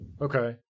Okay